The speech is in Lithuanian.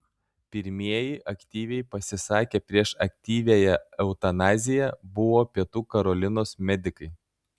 pirmieji aktyviai pasisakę prieš aktyviąją eutanaziją buvo pietų karolinos medikai